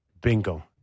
Bingo